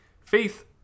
faith